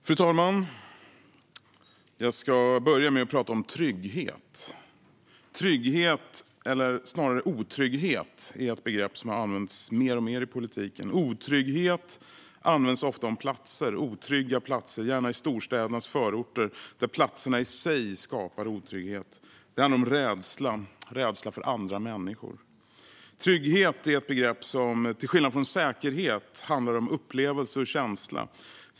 Fru talman! Jag ska börja med att tala om trygghet. Trygghet, eller snarare otrygghet, är ett begrepp som har använts mer och mer i politiken. Otrygghet används ofta om platser - otrygga platser, gärna i storstädernas förorter, där platserna i sig skapar otrygghet. Det handlar om rädsla för andra människor. Trygghet är ett begrepp som till skillnad från säkerhet handlar om upplevelse och känsla.